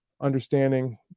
understanding